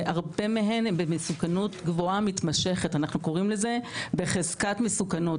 והרבה מהן במסוכנות גבוהה מתמשכת אנחנו קוראים לזה בחזקת מסוכנות.